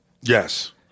Yes